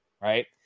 Right